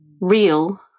real